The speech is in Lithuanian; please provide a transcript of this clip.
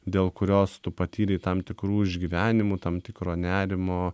dėl kurios tu patyrei tam tikrų išgyvenimų tam tikro nerimo